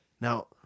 Now